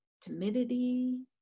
timidity